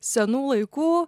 senų laikų